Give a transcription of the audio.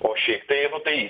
o šiaip tai nu tai